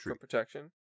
protection